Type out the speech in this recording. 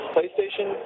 PlayStation